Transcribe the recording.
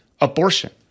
abortion